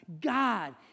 God